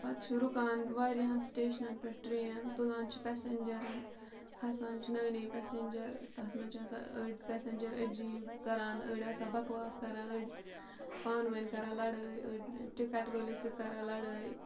پَتہٕ چھِ رُکان واریَہَن سٕٹیشنَن پٮ۪ٹھ ٹرٛین تُلان چھِ پٮ۪سٮ۪نجَرَن کھَسان چھِ نٔے نٔے پٮ۪سٮ۪نجَر تَتھ منٛز چھِ آسان أڑۍ پٮ۪سٮ۪نجَر عجیٖب کَران أڑۍ آسان بکواس کَران أڑۍ پانہٕ ؤنۍ کَران لَڑٲے أڑۍ ٹِکَٹ وٲلِس سۭتۍ کَران لَڑٲے